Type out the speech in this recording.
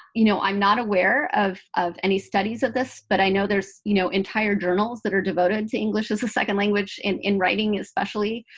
you know i'm not aware of of any studies of this. but i know there's you know entire journals that are devoted to english as a second language, in in writing, especially.